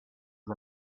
was